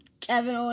Kevin